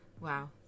Wow